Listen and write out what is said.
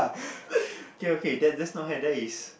okay okay that is not hair that is